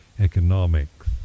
economics